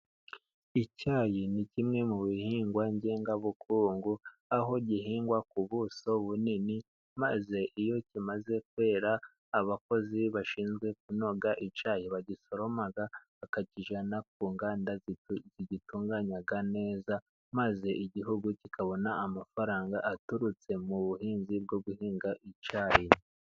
Icyayi ni kimwe mu bihingwa ngengabukungu，aho gihingwa ku buso bunini， maze iyo kimaze kwera，abakozi bashinzwe kunoza icyayi bagisoroma， bakakijyana ku nganda zigitunganya neza， maze igihugu kikabona amafaranga aturutse mu buhinzi bwo guhinga icyayi